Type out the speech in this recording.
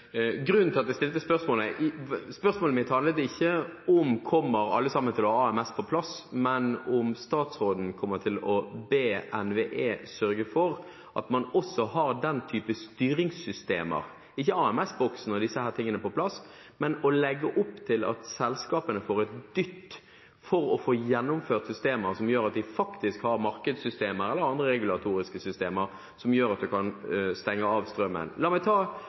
Spørsmålet mitt handlet ikke om: Kommer alle sammen til å ha AMS på plass? Det handlet om hvorvidt statsråden kommer til å be NVE sørge for at man også har den type styringssystemer. Det dreier seg ikke om å få AMS-boksene og disse tingene på plass, men om å legge opp til at selskapene får en dytt for å få gjennomført systemer som gjør at de faktisk har markedssystemer eller andre regulatoriske systemer, som gjør at man kan stenge av strømmen.